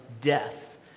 Death